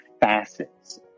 facets